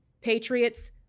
patriots